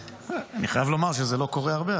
אני חייב לומר שזה לא קורה הרבה,